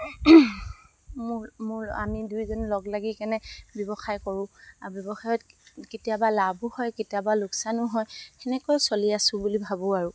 মোৰ মোৰ আমি দুইজন লগ লাগি কেনে ব্যৱসায় কৰোঁ ব্যৱসায়ত কেতিয়াবা লাভো হয় কেতিয়াবা লোকচানো হয় সেনেকৈ চলি আছোঁ বুলি ভাবোঁ আৰু